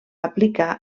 aplicar